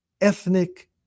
ethnic